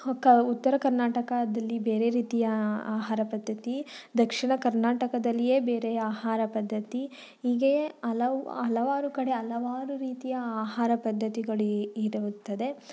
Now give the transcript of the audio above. ಹ ಕ ಉತ್ತರ ಕರ್ನಾಟಕದಲ್ಲಿ ಬೇರೆ ರೀತಿಯ ಆಹಾರ ಪದ್ಧತಿ ದಕ್ಷಿಣ ಕರ್ನಾಟಕದಲ್ಲಿಯೇ ಬೇರೆ ಆಹಾರ ಪದ್ಧತಿ ಹೀಗೆಯೇ ಹಲವು ಹಲವಾರು ಕಡೆ ಹಲವಾರು ರೀತಿಯ ಆಹಾರ ಪದ್ಧತಿಗಳ ಇರುತ್ತದೆ